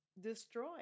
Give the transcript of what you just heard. destroy